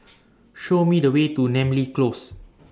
Show Me The Way to Namly Close